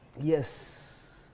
Yes